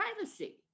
privacy